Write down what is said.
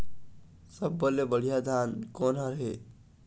सब्बो ले बढ़िया धान कोन हर हे?